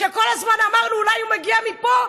כל הזמן אמרנו: אולי הוא מגיע מפה,